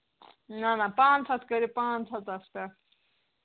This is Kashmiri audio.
نہ نہ پانٛژھ ہَتھ کٔرِو پانٛژھ ہَتَس پٮ۪ٹھ